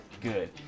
good